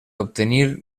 obtenir